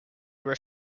were